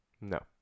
No